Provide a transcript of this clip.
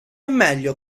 meglio